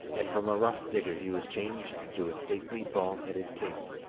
and from a rough digger he was changed into a stately bald-headed king.